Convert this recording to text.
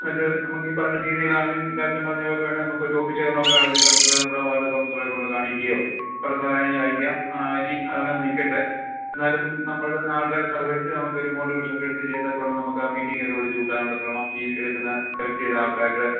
എന്നിട്ട് നമുക്ക് ഈ പറഞ്ഞ രീതിയിൽ ആദ്യം ഇവർ ആദ്യം പറഞ്ഞതുപോലെ വേണമെങ്കിൽ നമുക്കൊരു ഒഫീഷ്യൽ ആയിട്ട് നടത്തിയിട്ട് നമുക്ക് നമ്മുടെ വാർഡ് കൗൺസിലറെക്കൊണ്ട് കാണിക്കുകയോ അവരുടെ സഹായം യാചിക്കാം ഇനി അത് അങ്ങനെ നിൽക്കട്ടെ എന്നാലും നമ്മുടെ ആൾക്കാരും സഹകരിച്ച് നമുക്ക് ഒരു കോൺട്രിബ്യുഷൻ ഒക്കെ എടുത്ത് ചെയ്യത്തക്കവണ്ണം നമുക്ക് ആ മീറ്റിംഗ് ഒക്കെ വിളിച്ചുകൂട്ടാനുള്ള ശ്രമം ഈ എടുക്കുന്ന സെലക്റ്റ് ചെയ്ത ആൾക്കാരുടെ